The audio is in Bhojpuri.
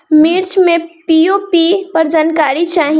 मिर्च मे पी.ओ.पी पर जानकारी चाही?